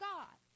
God